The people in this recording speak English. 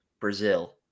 Brazil